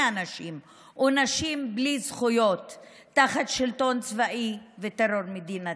אנשים ונשים בלי זכויות תחת שלטון צבאי וטרור מדינתי.